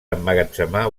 emmagatzemar